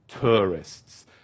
tourists